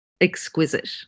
exquisite